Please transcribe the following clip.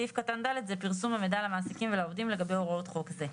סעיף קטן ד' זה פרסום ומידע למעסיקים ולעובדים לגבי הוראות חוק זה.